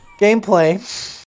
gameplay